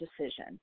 decision